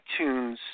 iTunes